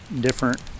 different